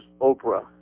Oprah